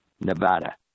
Nevada